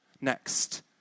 next